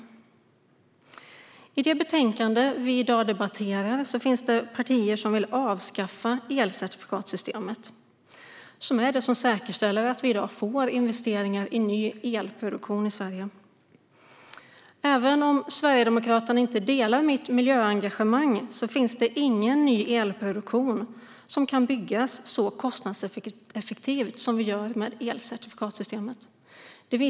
När det gäller det betänkande som vi i dag debatterar finns det partier som vill avskaffa elcertifikatssystemet, som är det som säkerställer att vi i dag får investeringar i ny elproduktion i Sverige. Även om Sverigedemokraterna inte delar mitt miljöengagemang finns det ingen ny elproduktion som kan byggas så kostnadseffektivt som vi gör med elcertifikatssystemet.